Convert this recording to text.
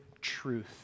truth